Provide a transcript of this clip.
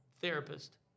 therapist